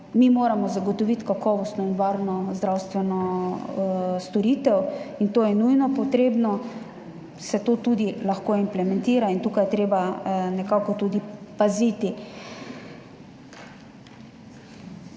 mi moramo zagotoviti kakovostno in varno zdravstveno storitev, in to je nujno potrebno, se to lahko tudi implementira in tukaj je treba nekako tudi paziti.